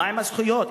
מהן הזכויות,